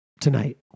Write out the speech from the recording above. tonight